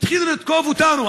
התחילו לתקוף אותנו,